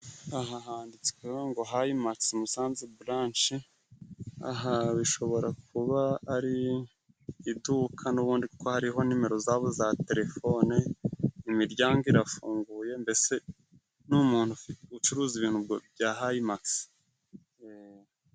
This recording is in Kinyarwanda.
Aha handitswe ngo hayimagisi Musanze buranshe, aha bishobora kuba ari iduka n'ubundi kuko hariho nimero zabo za telefone, imiryango irafunguye, mbese ni umuntu ufite ucuruza ibintu bya hayimagisi.